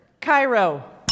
Cairo